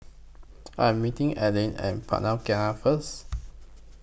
I Am meeting Eliana At Jalan Pelikat First